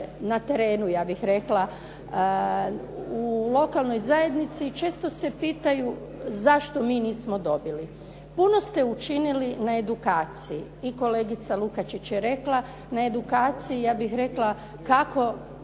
na terenu, ja bih rekla, u lokalnoj zajednici često se pitaju, zašto mi nismo dobili? Puno ste učinili na edukaciji i kolegica Lukačić je rekla, na edukaciji ja bih rekla kako